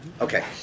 Okay